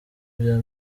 bya